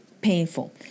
painful